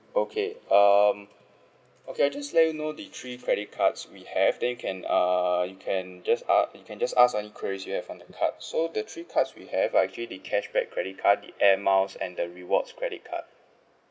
okay um okay I'll just let you know the three credit cards we have then you can uh you can just a~ you can just ask any queries you have on the cards so the three cards we have are actually the cashback credit card the air miles and the rewards credit card